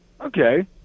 Okay